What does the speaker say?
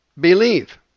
believe